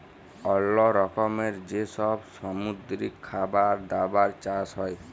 অল্লো রকমের যে সব সামুদ্রিক খাবার দাবার চাষ হ্যয়